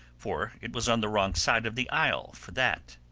for it was on the wrong side of the isle for that.